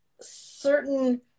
certain